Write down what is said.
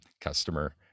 customer